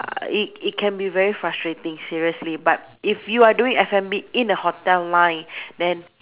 uh it it can be very frustrating seriously but if you are doing F&B in a hotel line then